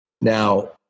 Now